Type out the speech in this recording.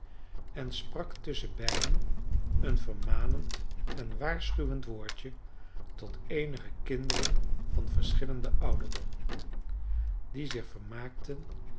en sprak tusschenbeiden een vermanend en waarschuwend woordje tot eenige kinderen van verschillenden ouderdom die zich vermaakten